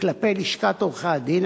כלפי לשכת עורכי-הדין,